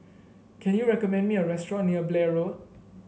can you recommend me a restaurant near Blair Road